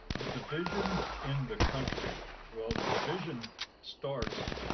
division in the country, the division starts,